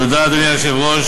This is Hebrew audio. אדוני היושב-ראש,